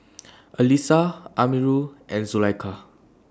Alyssa Amirul and Zulaikha